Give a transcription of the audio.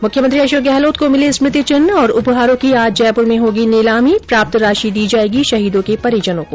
मुख्यमंत्री अशोक गहलोत को मिले स्मृति चिन्ह और उपहारों की आज जयपुर में होगी नीलामी प्राप्त राशि दी जाएगी शहीदों के परिजनों को